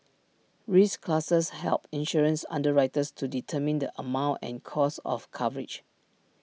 risk classes help insurance underwriters to determine the amount and cost of coverage